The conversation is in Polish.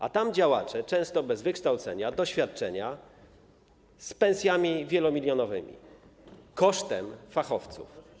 A tam działacze, często bez wykształcenia, doświadczenia, z pensjami wielomilionowymi - kosztem fachowców.